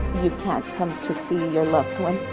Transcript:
you can't come to see your loved one.